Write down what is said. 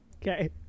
Okay